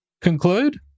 conclude